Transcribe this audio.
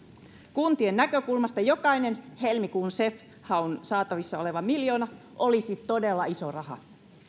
kuntien näkökulmasta jokainen helmikuun cef haun saatavissa oleva miljoona olisi todella iso raha